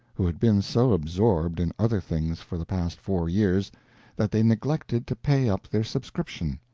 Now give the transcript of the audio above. who had been so absorbed in other things for the past four years that they neglected to pay up their subscription.